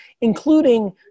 including